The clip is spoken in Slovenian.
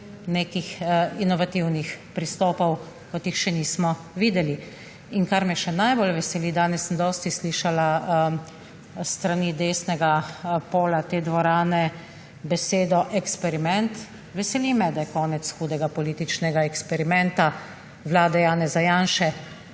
nekih inovativnih pristopov, kot jih še nismo videli. In kar me še najbolj veseli – danes sem dosti slišala s strani desnega pola te dvorane besedo eksperiment – veseli me, da je konec hudega političnega eksperimenta vlade Janeza Janše,